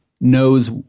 knows